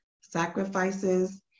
sacrifices